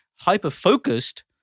hyper-focused